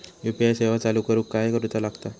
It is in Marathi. यू.पी.आय सेवा चालू करूक काय करूचा लागता?